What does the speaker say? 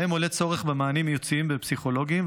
שבהם עולה צורך במענים ייעוציים ופסיכולוגיים,